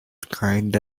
kind